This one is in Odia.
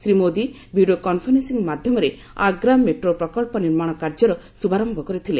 ଶ୍ରୀ ମୋଦୀ ଭିଡ଼ିଓ କନ୍ଫରେନ୍ସିଂ ମାଧ୍ୟମରେ ଆଗ୍ରା ମେଟ୍ରୋ ପ୍ରକଳ୍ପ ନିର୍ମାଣ କାର୍ଯ୍ୟର ଶୁଭାରୟ କରିଥିଲେ